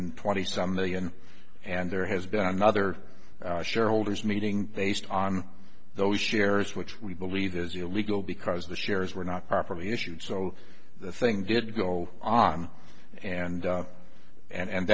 twenty some million and there has been another shareholders meeting based on those shares which we believe is illegal because the shares were not properly issued so the thing did go on and and